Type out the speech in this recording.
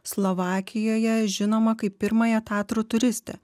slovakijoje žinomą kaip pirmąją tatrų turistę